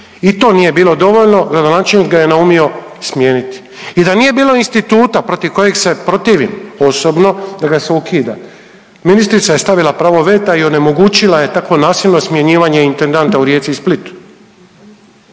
i to nije bilo dovoljno, gradonačelnik ga je naumio smijeniti i da nije bilo instituta protiv kojeg se protivim osobno da ga se ukida, ministrica je stavila pravo veta i onemogućila je tako nasilno smjenjivanje intendanta u Rijeci i Splitu.